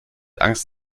angst